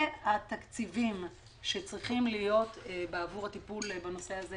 והתקציבים שצריכים להיות בעבור הטיפול בנושא הזה